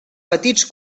petits